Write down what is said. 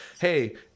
hey